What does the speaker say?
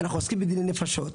אנחנו עוסקים בדיני נפשות,